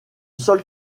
sol